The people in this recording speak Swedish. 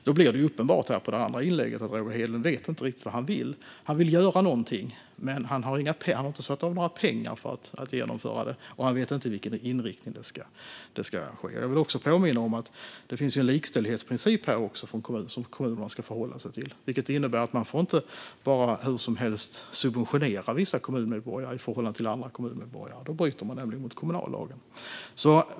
Då blev det av Roger Hedlunds andra inlägg helt uppenbart att han inte riktigt vet vad han vill. Han vill göra någonting, men han har inte avsatt några pengar och han vet inte vilken inriktning det ska vara. Jag vill också påminna om att det finns en likställighetsprincip som kommunerna ska förhålla sig till. Den innebär att det inte går att hur som helst subventionera vissa kommunmedborgare i förhållande till andra kommunmedborgare. Då bryter man mot kommunallagen.